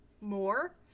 more